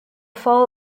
fall